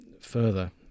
further